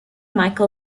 michel